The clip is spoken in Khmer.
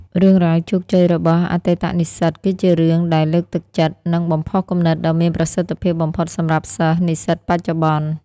រឿងរ៉ាវជោគជ័យរបស់អតីតនិស្សិត គឺជារឿងដែលលើកទឹកចិត្ត និងបំផុសគំនិតដ៏មានប្រសិទ្ធភាពបំផុតសម្រាប់សិស្ស និស្សិតបច្ចុប្បន្ន។